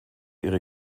ihre